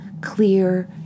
clear